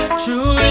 true